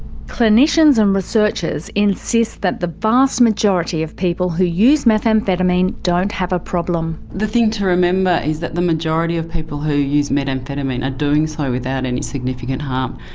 clinicians and researchers insist that the vast majority of people who use methamphetamine don't have a problem. the thing to remember is that the majority of people who use methamphetamine are doing so without any significant harm,